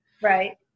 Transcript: Right